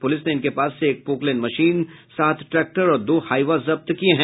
police ने इनके पास से एक पॉक्लेन मशीन सात ट्रैक्टर और दो हाईवा जब्त किये हैं